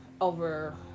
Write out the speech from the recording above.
over